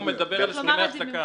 צריך לומר את זה במפורש.